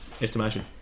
estimation